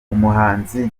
umuhanzi